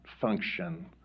function